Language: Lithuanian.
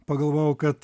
pagalvojau kad